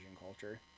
culture